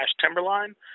Timberline